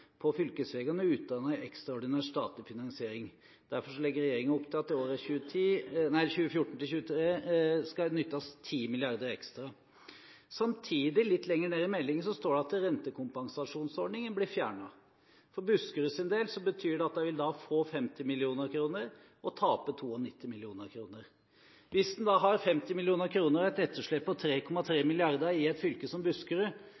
i vedlikehaldet på fylkesvegane, utan ei ekstraordinær statleg finansiering.» Derfor legger regjeringen opp til at det i 2014–2023 skal brukes 10 mrd. kr ekstra. Samtidig – litt lenger ned i meldingen – står det at rentekompensasjonsordningen blir fjernet. For Buskeruds del betyr det at de vil få 50 mill. kr og tape 92 mill. kr. Hvis man har 50 mill. kr og et etterslep på 3,3 mrd. kr i et fylke som Buskerud,